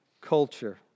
culture